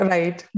Right